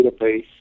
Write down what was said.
database